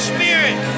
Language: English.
Spirit